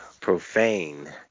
Profane